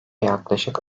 yaklaşık